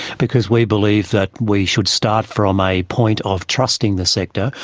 because we believe that we should start from a point of trusting the sector,